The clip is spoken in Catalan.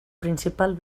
principal